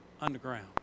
underground